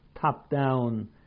top-down